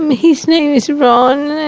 his name is ron and